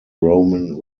roman